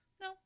no